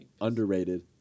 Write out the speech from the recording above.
underrated